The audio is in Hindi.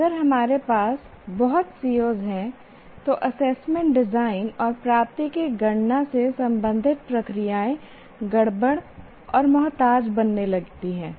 अगर हमारे पास बहुत COs हैं तो एसेसमेंट डिजाइन और प्राप्ति की गणना से संबंधित प्रक्रियाएं गड़बड़ और मुहताज बनने लगेंगी